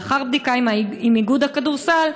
לאחר בדיקה עם איגוד הכדורסל,